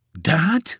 Dad